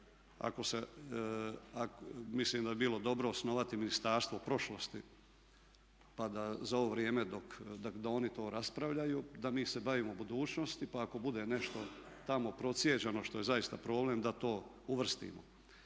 A mislim da bi bilo dobro osnovati ministarstvo prošlosti pa da za ovo vrijeme dok, da oni to raspravljaju da mi se bavimo budućnosti pa ako bude nešto tamo procijeđeno što je zaista problem da to uvrstimo.